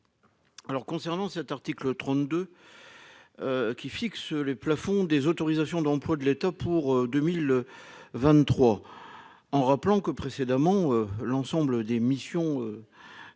Alors concernant cet article 32. Qui fixent les plafonds des autorisations d'employes de l'État pour 2023, en rappelant que précédemment. L'ensemble des missions. Des